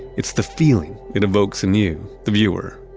it's the feeling it evokes in you, the viewer